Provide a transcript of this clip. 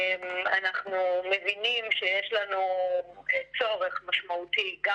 אנחנו מבינים שיש לנו צורך משמעותי גם